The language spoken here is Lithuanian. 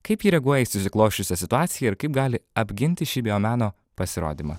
kaip ji reaguoja į susiklosčiusią situaciją ir kaip gali apginti šį biomeno pasirodymą